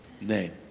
name